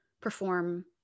perform